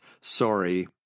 SORRY